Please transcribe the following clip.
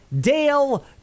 dale